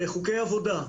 חוקי עבודה,